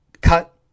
Cut